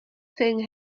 thing